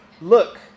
Look